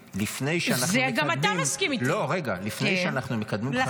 לפני שאנחנו מקדמים -- זה גם אתה מסכים איתי.